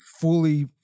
fully